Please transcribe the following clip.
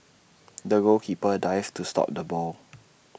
the goalkeeper dived to stop the ball